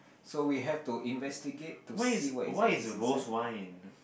so we have to investigate to see what exactly is inside